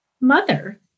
mother